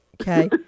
Okay